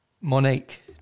Monique